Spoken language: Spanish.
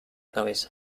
cabeza